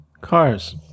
Cars